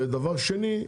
דבר שני,